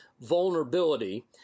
vulnerability